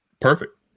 Perfect